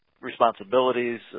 responsibilities